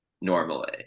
normally